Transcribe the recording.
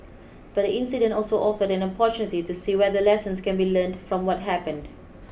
but the incident also offered an opportunity to see whether lessons can be learned from what happened